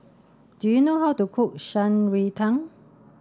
do you know how to cook Shan Rui Tang